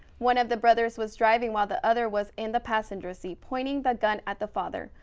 one of the brothers was driving while the other was in the passenger seat pointing the gun at the father.